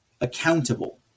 accountable